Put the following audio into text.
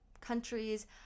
countries